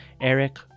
Eric